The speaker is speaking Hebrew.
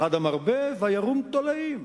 אחד המרבה, וירום תולעים.